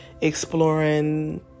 exploring